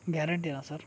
ಗ್ಯಾರೆಂಟಿನ sir